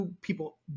people